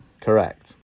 Correct